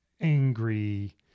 angry